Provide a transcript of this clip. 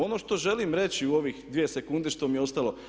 Ono što želim reći u ovih dvije sekunde što mi je ostalo.